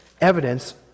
evidence